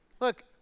Look